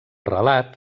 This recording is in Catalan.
relat